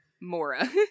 Mora